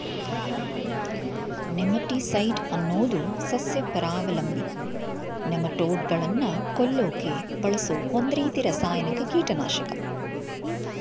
nematicide ಅನ್ನೋದು ಸಸ್ಯಪರಾವಲಂಬಿ ನೆಮಟೋಡ್ಗಳನ್ನ ಕೊಲ್ಲಕೆ ಬಳಸೋ ಒಂದ್ರೀತಿ ರಾಸಾಯನಿಕ ಕೀಟನಾಶಕ